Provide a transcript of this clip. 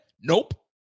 Nope